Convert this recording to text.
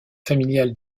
familial